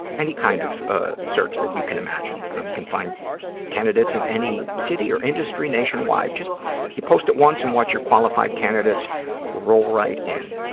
any kind of ah search that you can imagine. you can find candidates in any city or industry nationwide. you post it once and watch your qualified candidates roll right in.